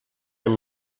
amb